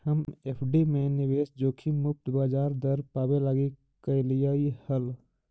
हम एफ.डी में निवेश जोखिम मुक्त ब्याज दर पाबे लागी कयलीअई हल